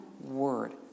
word